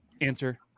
answer